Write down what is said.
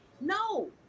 No